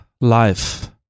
life